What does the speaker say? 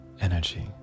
energy